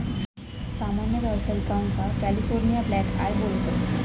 सामान्य व्यावसायिकांका California black eye बोलतत